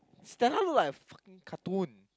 Stella look like a fucking cartoon